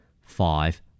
Five